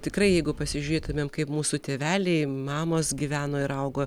tikrai jeigu pasižiūrėtumėm kaip mūsų tėveliai mamos gyveno ir augo